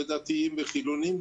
דתיים וחילוניים,